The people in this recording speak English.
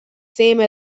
same